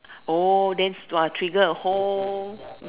oh then !wah! trigger a whole